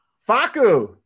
Faku